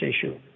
issue